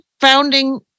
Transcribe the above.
founding